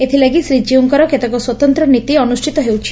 ଏଥଲାଗି ଶ୍ରୀଜୀଉଙ୍କର କେତେକ ସ୍ୱତନ୍ତ ନୀତି ଅନୁଷ୍ଠିତ ହେଉଛି